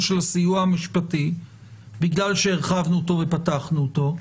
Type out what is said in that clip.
של הסיוע המשפטי בגלל שהרחבנו אותו ופתחנו אותו,